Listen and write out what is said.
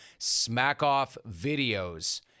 Smackoffvideos